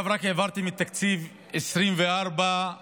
רק עכשיו העברתם את תקציב 2024 בממשלה